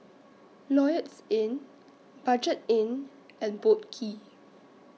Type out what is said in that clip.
Lloyds Inn Budget Inn and Boat Quay